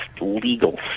legal